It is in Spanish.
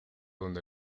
donde